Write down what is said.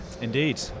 Indeed